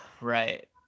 right